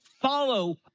follow